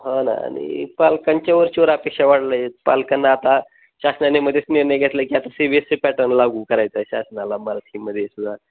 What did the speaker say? हो ना आणि पालकांच्या वरच्यावर अपेक्षा वाढले आहेत पालकांना आता शासनानेमध्येच निर्णय घेतला आहे की आता C B S C pattern लागू करायचा आहे शासनाला मराठीमध्येसुद्धा